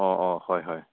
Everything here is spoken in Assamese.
অঁ অঁ হয় হয়